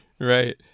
right